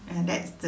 uh that's the